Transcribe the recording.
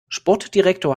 sportdirektor